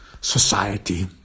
society